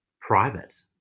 private